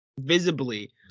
visibly